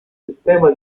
sistema